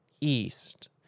east